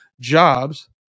jobs